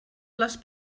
les